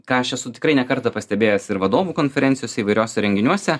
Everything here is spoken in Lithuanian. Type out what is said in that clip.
ką aš esu tikrai ne kartą pastebėjęs ir vadovų konferencijose įvairiuose renginiuose